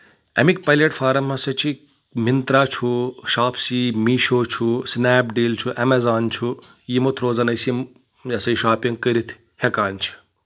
اَمِکۍ platform ہسا چھِ مِنترٛا چھُ شاپسی میٖشو چھُ سنیپ ڈیٖل چھُ اؠمیزان چھُ یِمو روزان أسۍ یِم ہسا یہِ شاپِنٛگ کٔرِتھ ہؠکان چھِ